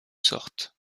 sorte